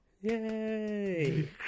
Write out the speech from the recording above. Yay